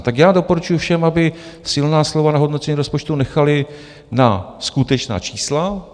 Tak já doporučuji všem, aby silná slova na hodnocení rozpočtu nechali na skutečná čísla.